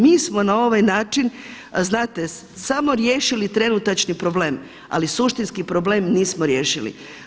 Mi smo na ovaj način samo riješili trenutačni problem, ali suštinski problem nismo riješili.